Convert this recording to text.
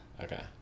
Okay